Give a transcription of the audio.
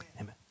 Amen